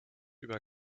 über